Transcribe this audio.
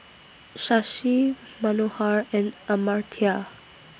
Shashi Manohar and Amartya